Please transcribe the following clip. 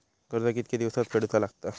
कर्ज कितके दिवसात फेडूचा लागता?